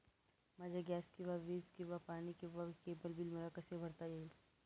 माझे गॅस किंवा वीज किंवा पाणी किंवा केबल बिल मला कसे भरता येईल?